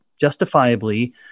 justifiably